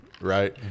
right